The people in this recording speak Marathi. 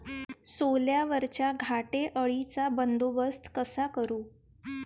सोल्यावरच्या घाटे अळीचा बंदोबस्त कसा करू?